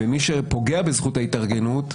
ומי שפוגע בזכות ההתארגנות,